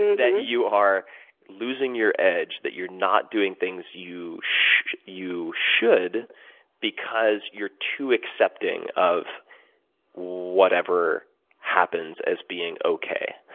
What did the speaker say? that you are losing your edge? that you're not doing things you should you should because you're too accepting of whatever happens as being okay?